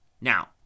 Now